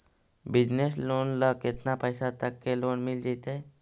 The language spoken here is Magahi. बिजनेस लोन ल केतना पैसा तक के लोन मिल जितै?